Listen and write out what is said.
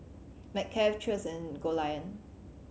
McCafe Cheers and Goldlion